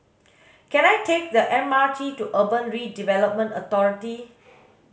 can I take the M R T to Urban Redevelopment Authority